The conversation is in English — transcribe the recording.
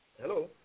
Hello